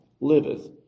liveth